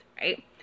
right